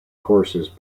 courses